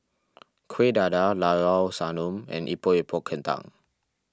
Kueh Dadar Llao Sanum and Epok Epok Kentang